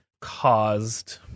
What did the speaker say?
caused